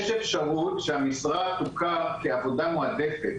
יש אפשרות שהמשרה תוכר כעבודה מועדפת,